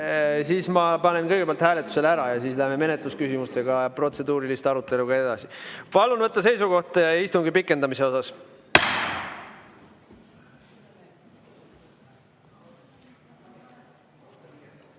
pikendamise] kõigepealt hääletusele ja siis läheme menetlusküsimuste ja protseduurilise aruteluga edasi. Palun võtta seisukoht istungi pikendamise osas!